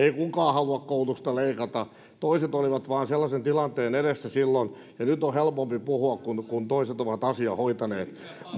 halua koulutuksesta leikata toiset olivat vain sellaisen tilanteen edessä silloin ja nyt on helpompi puhua kun kun toiset ovat asian hoitaneet